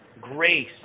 grace